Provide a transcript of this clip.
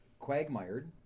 quagmired